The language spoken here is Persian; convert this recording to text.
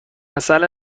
عسل